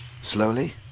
Slowly